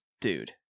Dude